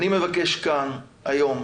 אני מבקש כאן היום